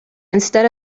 instead